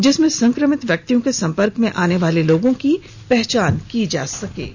जिसमें संक्रमित व्यक्तियों के संपर्क में आने वाले लोगों की पहचान की जा रही है